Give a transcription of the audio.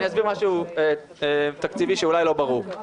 אסביר משהו תקציבי שאולי לא ברור.